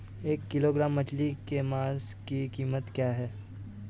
एक किलोग्राम मछली के मांस की कीमत क्या है?